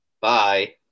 bye